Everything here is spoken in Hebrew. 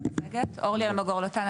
אורלי אלמגור לוטן.